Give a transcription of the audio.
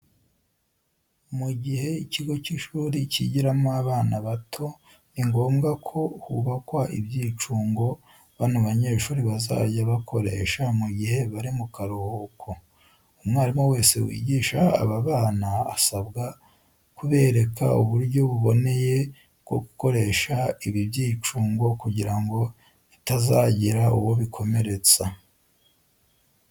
Mu gihe ikigo cy'ishuri cyigiramo abana bato, ni ngombwa ko hubakwa ibyicungo bano banyeshuri bazajya bakoresha mu gihe bari mu karuhuko. Umwarimu wese wigisha aba bana asabwa kubereka uburyo buboneye bwo gukoresha ibi byicungo kugira ngo bitazagira uwo bikomeretsa.